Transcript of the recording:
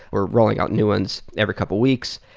we're rolling out new ones every couple weeks.